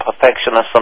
Perfectionist